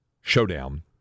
showdown